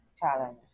challenge